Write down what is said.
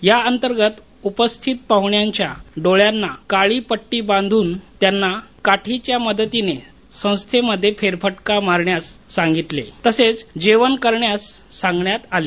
या अंतर्गत उपस्थित पाहण्यांच्या डोळ्याला काळी पट्टी बांधून त्यांचा काठीच्या मदतीने फेरफटका मारण्यास सांगितले तसंच जेवण करण्यास सांगण्यात आलं